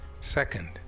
Second